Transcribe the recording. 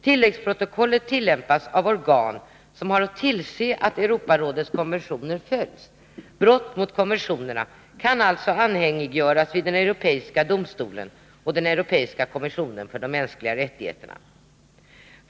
Tilläggsprotokollet tillämpas av organ som har att tillse att Europarådets konventioner följs. Brott mot konventionerna kan alltså anhängiggöras vid den europeiska domstolen för de mänskliga rättigheterna och den europeiska kommissionen för de mänskliga rättigheterna.